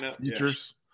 features